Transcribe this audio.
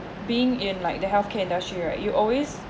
being in like the health care industry right you always